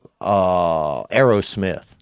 Aerosmith